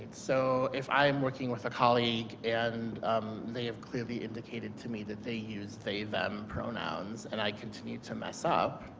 so if i'm working with a colleague and they've clearly indicated to me that they use they them pronouns and i continue to mess up,